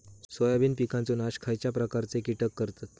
Soybean पिकांचो नाश खयच्या प्रकारचे कीटक करतत?